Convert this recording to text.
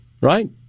right